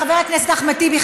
חבר הכנסת אחמד טיבי,